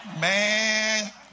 Man